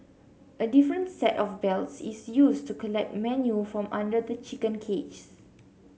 a different set of belts is used to collect manure from under the chicken cages